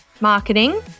marketing